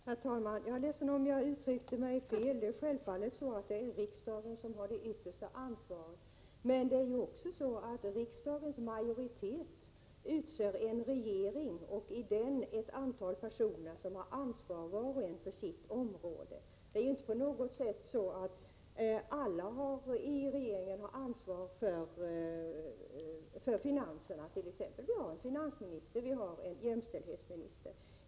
Herr talman! Jag är ledsen om jag uttryckte mig fel. Självfallet är det riksdagen som har det yttersta ansvaret. Men riksdagens majoritet utser en regering, och i den ett antal personer som har ansvar var och en för sitt område. Det är ju inte på något sätt så att alla i regeringen har ansvar fört.ex. finanserna. Vi har en finansminister, och vi har en jämställdhetsminister.